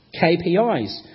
KPIs